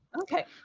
Okay